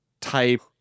type